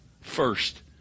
first